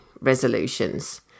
resolutions